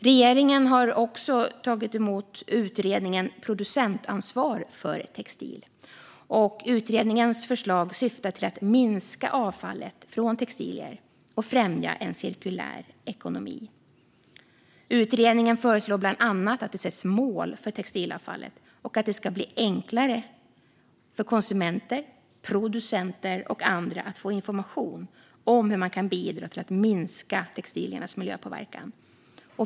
Regeringen har också tagit emot utredningen Producentansvar för textil . Utredningens förslag syftar till att minska avfallet från textiler och främja en cirkulär ekonomi. I utredningen föreslås bland annat att det sätts mål för textilavfallet och att det ska bli enklare för konsumenter, producenter och andra att få information om hur man kan bidra till att minska textiliernas miljöpåverkan.